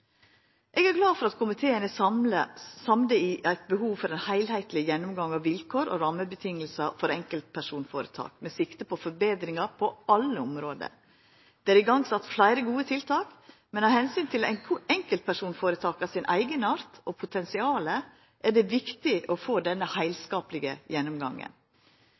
Eg er glad for at komiteen er samd i at det er behov for ein heilskapleg gjennomgang av vilkår og rammevilkår for enkeltpersonføretak med sikte på forbetringar på alle område. Det er sett i gang fleire gode tiltak, men av omsyn til enkeltpersonføretaka sin eigenart og deira potensial er det viktig å få denne heilskaplege gjennomgangen.